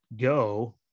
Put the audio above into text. go